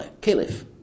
caliph